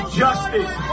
justice